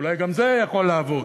אולי גם זה יכול לעבוד.